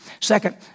Second